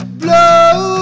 blow